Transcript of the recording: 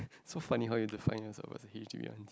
so funny how you define yourself as a H_D_B aunty